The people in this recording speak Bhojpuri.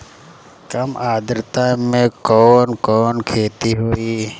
कम आद्रता में कवन कवन खेती होई?